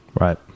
Right